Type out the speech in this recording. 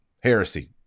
heresy